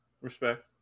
respect